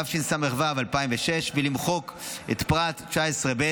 התשס"ו 2006, ולמחוק את פרט 19(ב)